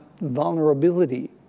vulnerability